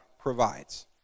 provides